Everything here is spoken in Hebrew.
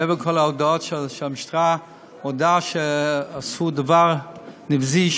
מעבר לכל ההודעות שהמשטרה מודה שעשו דבר נבזי,